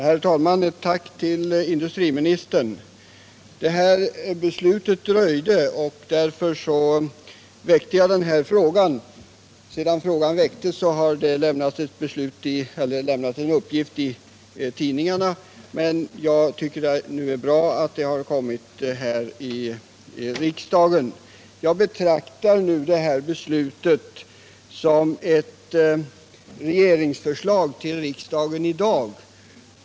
Herr talman! Jag tackar industriministern. Det här beslutet dröjde, och därför ställde jag frågan. Sedan jag ställt den har det lämnats en uppgift i tidningarna om beslutet, men jag tycker det är bra att svaret = har lämnats här i riksdagen. Jag betraktar beslutet som ett regeringsförslag Om åtgärder för att till riksdagen i dag.